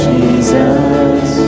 Jesus